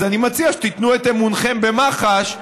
אז אני מציע שתיתנו את אמונכם במח"ש,